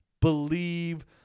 believe